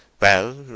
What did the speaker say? Well